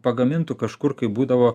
pagamintų kažkur kaip būdavo